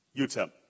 UTEP